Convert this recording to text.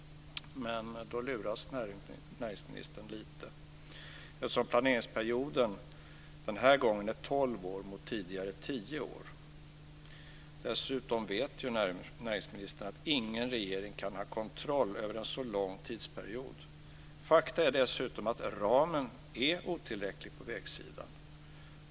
Då luras näringsministern lite, eftersom planeringsperioden den här gången är 12 år mot tidigare 10 år. Dessutom vet näringsministern att ingen regering kan ha kontroll över en sådan lång tidsperiod. Fakta är dessutom att ramen är otillräcklig på vägsidan.